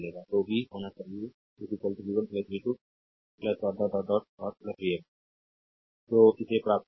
तो v होना चाहिए v 1 v 2 dot dot dot dot dot v n जो इसे प्राप्त करेगा